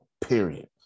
period